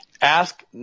Ask